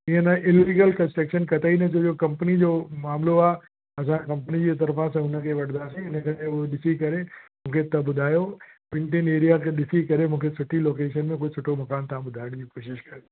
ईअं न illegal construction कतई न ॾिजो कंपनी जो मामलो आहे असांखे कंपनी जी तर्फ़ां असां हुन खे वठंदासीं इन करे उहो ॾिसी करे मूंखे तव्हां ॿुधायो ॿिनि टिनि एरिया खे ॾिसी करे मूंखे सुठी लोकेशन में कोई सुठो मकानु तव्हां ॿुधाइण जी कोशिशि कजो